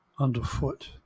underfoot